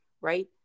right